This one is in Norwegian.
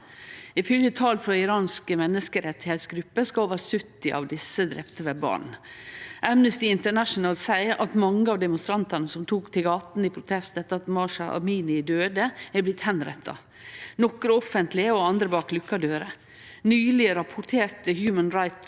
Ifølgje tal frå iranske menneskerettsgrupper skal over 70 av dei drepne vere barn. Amnesty International seier at mange av demonstrantane som tok til gatene i protest etter at Mahsa Amini døydde, er blitt avretta, nokre offentleg og andre bak lukka dører. Nyleg rapporterte Human Rights